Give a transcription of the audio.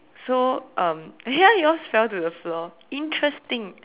so um ya yours fell to the floor interesting